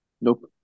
Nope